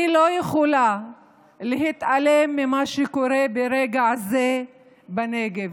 אני לא יכולה להתעלם ממה שקורה ברגע זה בנגב,